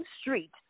street